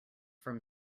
from